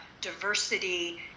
diversity